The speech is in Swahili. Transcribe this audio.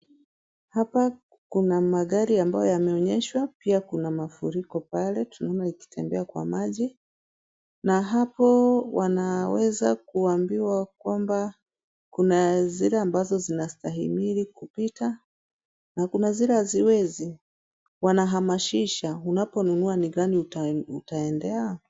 Hapa kuna magari ambayo yameonyeshwa pia kuna mafuriko pale tunaona ikitembea kwa maji na hapo wanaweza kuambiwa kwamba kuna zile ambazo zinastahimili kupita na kuna zile haziwezi. Wanahamasisha unaponunua ni gani utaendea?.